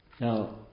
Now